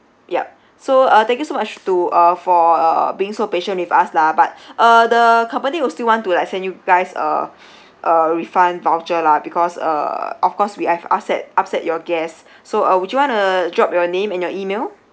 yup so uh thank you so much to uh for uh being so patient with us lah but uh the company will still want to like send you guys uh a refund voucher lah because uh of course we have upset upset your guests so uh would you want to drop your name and your email